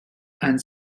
and